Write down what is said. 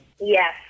Yes